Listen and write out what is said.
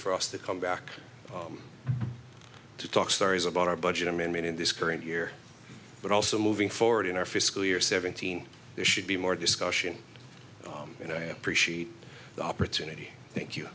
for us to come back to talk stories about our budget amendment in this current year but also moving forward in our fiscal year seventeen there should be more discussion and i appreciate the opportunity thank you